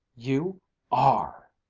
you are!